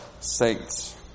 saints